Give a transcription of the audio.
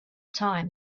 time